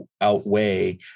outweigh